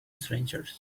strangers